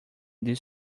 this